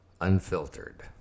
unfiltered